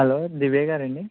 hello Divya గారా అండీ